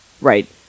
Right